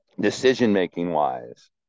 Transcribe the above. decision-making-wise